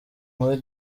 muri